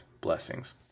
blessings